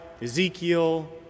Ezekiel